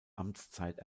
amtszeit